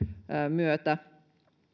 myötä